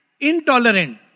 intolerant